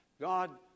God